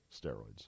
steroids